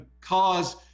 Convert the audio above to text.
cause